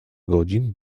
godzin